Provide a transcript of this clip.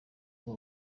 aba